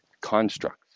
construct